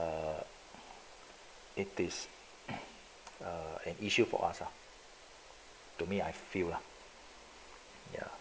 ~(err) it is err an issue for us ah to me i feel lah ya